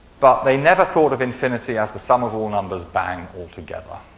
but they never thought of infinity as the sum of all numbers bang all together.